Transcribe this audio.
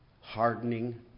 hardening